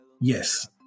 Yes